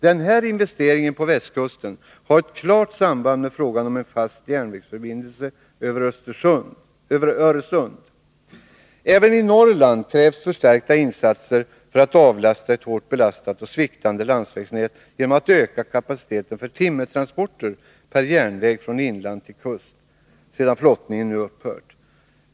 Denna investering på västkusten har ett klart samband med frågan om en fast järnvägsförbindelse över Öresund. Även i Norrland krävs en förstärkning av insatserna för att avlasta ett hårt belastat och sviktande landsvägsnät genom att öka kapaciteten för timmertransporter per järnväg från inland till kust sedan flottningen nu upphört.